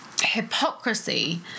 hypocrisy